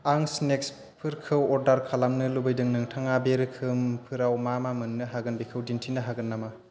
आं स्नेक्सफोरखौ अर्डार खालामनो लुबैदों नोंथाङा बे रोखोमफोराव मा मा मोन्नो हागोन बेखौ दिन्थिनो हागोन नामा